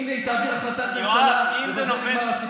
הינה, היא תעביר החלטת ממשלה ובזה נגמר הסיפור.